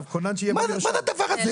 מה זה הדבר הזה?